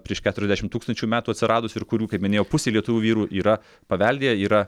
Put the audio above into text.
prieš keturiasdešim tūkstančių metų atsiradusių ir kurių kaip minėjau pusė lietuvių vyrų yra paveldėję yra